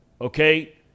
okay